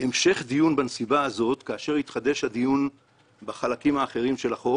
המשך דיון בנסיבה זו כאשר יתחדש הדיון בחלקים האחרים של החוק